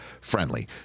friendly